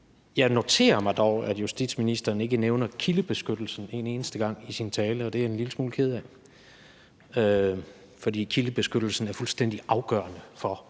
Jeg noterer mig dog, at justitsministeren ikke nævnte kildebeskyttelsen en eneste gang i sin tale, og det er jeg en lille smule ked af, for kildebeskyttelsen er fuldstændig afgørende for,